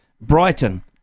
Brighton